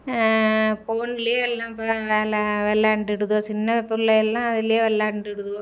ஃபோனில் எல்லாம் பா வெளா விளாண்டுடுதோ சின்ன பிள்ளையெல்லாம் அதில் விளாண்டுடுதுவோ